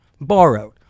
borrowed